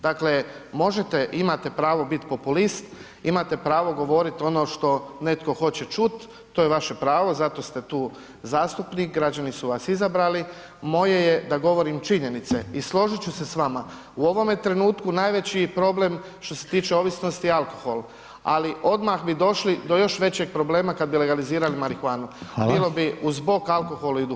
Dakle, možete, imate pravo biti populist, imate pravo govorit ono što netko hoće čuti, to je vaše pravo, za to ste tu zastupnik, građani su vas izabrali, moje je da govorim činjenice i složit ću se s vama u ovome trenutku najveći problem što se tiče ovisnosti je alkohol, ali odmah bi došli do još većeg problema kad bi legalizirali marihuanu [[Upadica: Hvala.]] bilo bi uz bok alkoholu i duhanu.